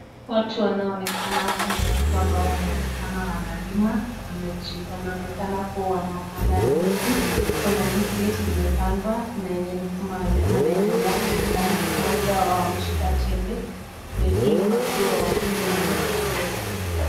Watu wanaonekana hapa ni watu ambao wanaonekana wanalima, wanaonekana kuwa wanapanda ndizi, kuna ndizi zimepandwa, kuna enye ni kama wanaendelea kuvipanda moja wao ameshika jembe, wengine wakiwa wamesimama kando yake.